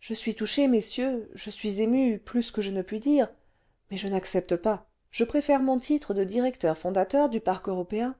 je suis touché messieurs je suis ému plus que je ne puis dire mais je n'accepte pas je préfère mon titre de directeur fondateur du parc européen